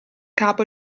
capo